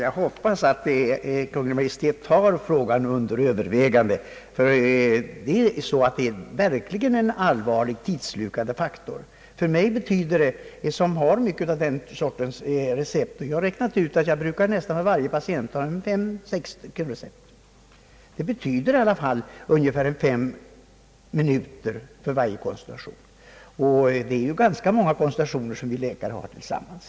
Jag hoppas att Kungl. Maj:t tar frågan under förnyat övervägande, ty detta är verkligen en allvarligt tidsslukande faktor. För mig som har att utfärda många sådana recept för långtidssjuka — jag har räknat ut att det för varje patient rör sig om fem, sex stycken — betyder det ungefär fem minuter för varje konsultation. Det är ju ganska många konsultationer som vi läkare har tillsammans.